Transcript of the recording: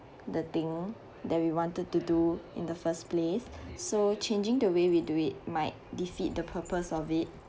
the thing that we wanted to do in the first place so changing the way we do it might defeat the purpose of it